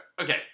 Okay